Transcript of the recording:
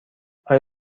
آیا